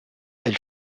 elle